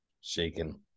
shaking